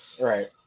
Right